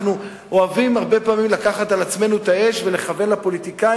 אנחנו אוהבים הרבה פעמים לקחת על עצמנו את האש ולכוון לפוליטיקאים,